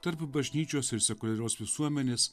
tarp bažnyčios ir sekuliarios visuomenės